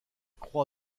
croît